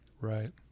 right